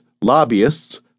lobbyists